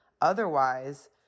Otherwise